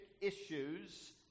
issues